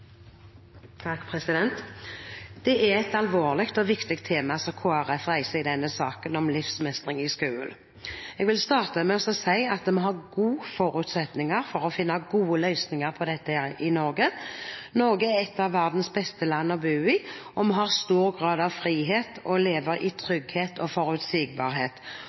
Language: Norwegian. et alvorlig og viktig tema som Kristelig Folkeparti reiser i denne saken om livsmestring i skolen. Jeg vil starte med å si at vi har gode forutsetninger for å finne gode løsninger på dette her i Norge. Norge er et av verdens beste land å bo i. Vi har stor grad av frihet og lever i trygghet og forutsigbarhet,